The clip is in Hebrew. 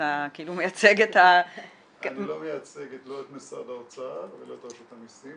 אתה מייצג -- אני לא מייצג לא את משרד האוצר ולא את רשות המסים,